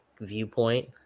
viewpoint